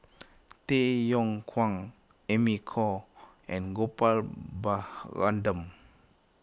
Tay Yong Kwang Amy Khor and Gopal Baratham